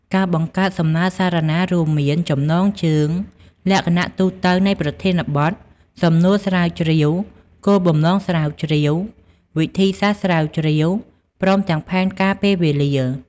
ការបង្កើតសំណើរសារណា រួមមាន ចំណងជើង លក្ខណៈទូទៅនៃប្រធានបទ សំណួរស្រាវជ្រាវ គោលបំណងស្រាវជ្រាវ វិធីសាស្រ្តស្រាវជ្រាវ ព្រមទាំងផែនការពេលវេលា។